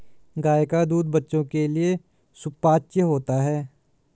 गाय का दूध बच्चों के लिए सुपाच्य होता है